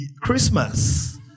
Christmas